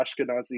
ashkenazi